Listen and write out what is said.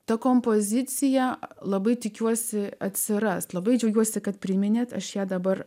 ta kompozicija labai tikiuosi atsiras labai džiaugiuosi kad priminėt aš ją dabar